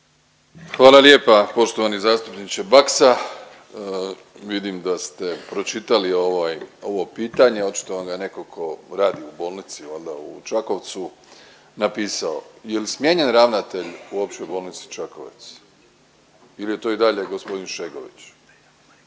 Hvala lijepa poštovani zastupniče Baksa. Vidim da ste pročitali ovo pitanje, očito vam ga netko tko radi u bolnici valjda u Čakovcu napisao. Je li smijenjen ravnatelj u Općoj bolnici Čakovec ili je to i dalje gospodin Šegović?